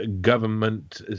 government